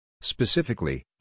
Specifically